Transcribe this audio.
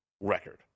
record